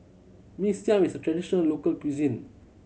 Mee Siam is a traditional local cuisine